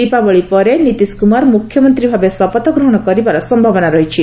ଦିପାବଳୀ ପରେ ନିତିଶ କୁମାର ମୁଖ୍ୟମନ୍ତ୍ରୀ ଭାବେ ଶପଥ ଗ୍ରହଣ କରିବାର ସମ୍ଭାବନା ରହିଛି